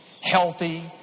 healthy